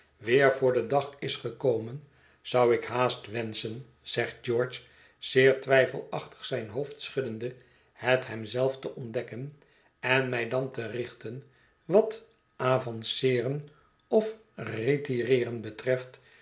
weer voor den dag is gekomen zou ik haast wenschen zegt george zeer twijfelachtig zijn hoofd schuddende het hem zelf te ontdekken en mij dan te richten wat avanceeren of retireeren betreft